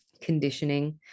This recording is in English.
conditioning